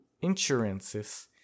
insurances